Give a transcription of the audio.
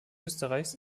österreichs